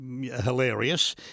hilarious